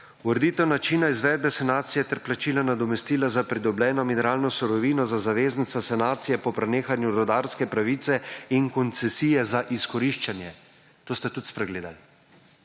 Ureditev načina izvedbe sanacije ter plačila nadomestila za pridobljeno mineralno surovine za zaveznice sanacije po prenehanju rudarske pravice in koncesije za izkoriščanje. To ste tudi spregledali